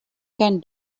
can